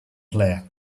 player